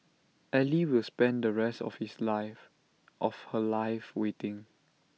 ally will spend the rest of his life of her life waiting